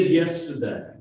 yesterday